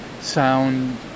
sound